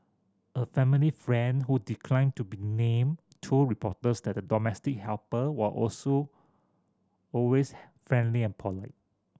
a family friend who declined to be named told reporters that the domestic helper were also always friendly and polite